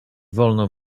wolno